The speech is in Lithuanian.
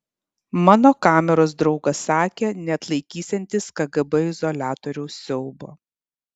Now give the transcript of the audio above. mano kameros draugas sakė neatlaikysiantis kgb izoliatoriaus siaubo